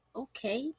okay